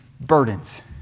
burdens